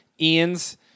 Ian's